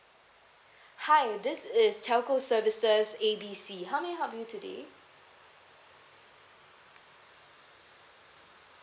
hi this is telco services A B C how may I help you today